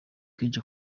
kenshi